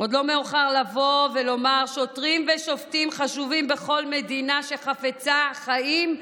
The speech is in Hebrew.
עוד לא מאוחר לבוא ולומר: שוטרים ושופטים חשובים בכל מדינה שחפצה חיים,